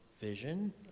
vision